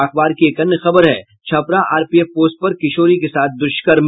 अखबार की एक अन्य खबर है छपरा आरपीएफ पोस्ट पर किशोरी के साथ दुष्कर्म